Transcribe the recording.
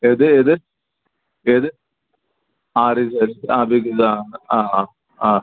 ഏത് ഏത് ഏത് ആര് അതില്ല ആ ആ ആ